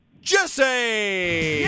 Jesse